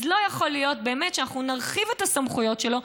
אז לא יכול להיות שאנחנו נרחיב את הסמכויות שלו,